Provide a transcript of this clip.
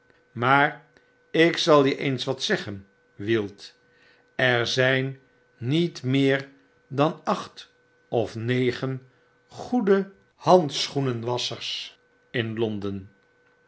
maar ik zal je eens wat zeggen wield er zyn niet meer dan acht of negen goede handschoenenwasschers in londen